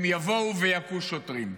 הם יבואו ויכו שוטרים.